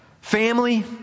Family